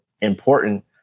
important